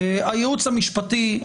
הייעוץ המשפטי,